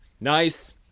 nice